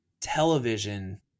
television